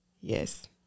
Yes